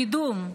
קידום.